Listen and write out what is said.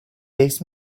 this